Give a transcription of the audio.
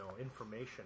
information